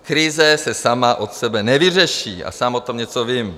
Krize se sama od sebe nevyřeší a sám o tom něco vím.